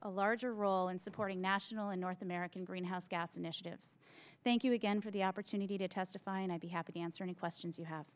a larger role in supporting national a north american greenhouse gas initiative thank you again for the opportunity to testify and i'd be happy to answer any questions you have